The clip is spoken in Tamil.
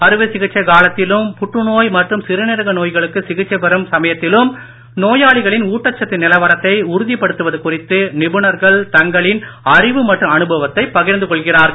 அறுவைச் சிகிச்சை காலத்திலும் புற்றுநோய் மற்றும் சிறுநீரக நோய்களுக்கு சிகிச்சை பெறும் சமயத்திலும் நோயாளிகளின் ஊட்டச்சத்து நிலவரத்தை உறுதிப்படுத்துவது குறித்து நிபுணர்கள் தங்களின் அறிவு மற்றும் அனுபவத்தை பகிர்ந்து கொள்கிறார்கள்